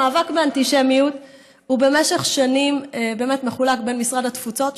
שהמאבק באנטישמיות הוא במשך שנים באמת מחולק בין משרד התפוצות,